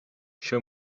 show